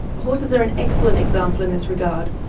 horses are an excellent example in this regard,